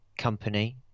company